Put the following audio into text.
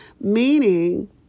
meaning